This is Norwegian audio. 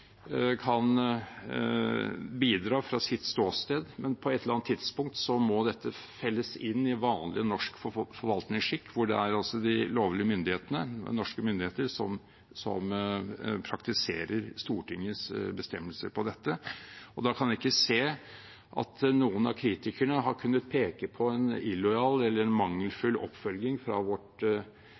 kan bidra fra sitt ståsted, men på et eller annet tidspunkt må dette felles inn i vanlig norsk forvaltningsskikk, hvor det er de lovlige norske myndighetene som praktiserer Stortingets bestemmelser om dette. Da kan jeg ikke se at noen av kritikerne har kunnet peke på en illojal eller mangelfull oppfølging av vårt embetsverk, som sitter i Utenriksdepartementet og følger opp disse sakene meget samvittighetsfullt. For